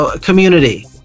community